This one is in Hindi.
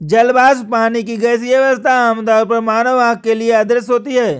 जल वाष्प, पानी की गैसीय अवस्था, आमतौर पर मानव आँख के लिए अदृश्य होती है